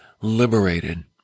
liberated